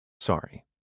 Sorry